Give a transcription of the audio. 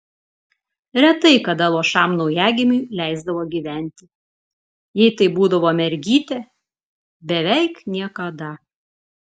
retai kada luošam naujagimiui leisdavo gyventi jei tai būdavo mergytė beveik niekada